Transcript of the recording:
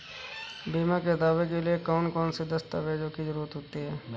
बीमा के दावे के लिए कौन कौन सी दस्तावेजों की जरूरत होती है?